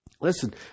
Listen